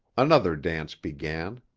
another dance began.